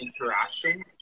interaction